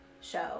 show